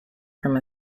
from